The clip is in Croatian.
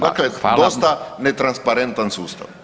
Dakle, dosta [[Upadica: Hvala.]] netransparentan sustav.